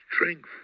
strength